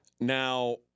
Now